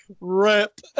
Rip